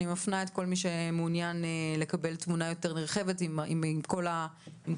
אני מפנה את כל מי שמעוניין לקבל תמונה נרחבת יותר לראות את כל הנתונים.